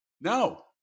No